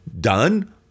done